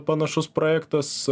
panašus projektas